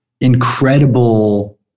incredible